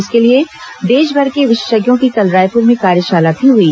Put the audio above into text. इसके लिए देशभर के विशेषज्ञों की कल रायपुर में कार्यशाला भी हई